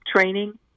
training